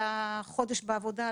לחודש בעבודה,